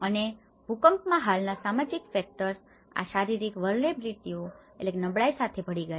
અને ભૂકંપમાં હાલના સામાજિક ફેક્ટર્સ factors પરિબળો આ શારીરિક વલનેરબીલીટીસઓ vulnerabilities નબળાઈ સાથે ભળી ગયા